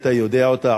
אתה יודע אותה,